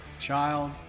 child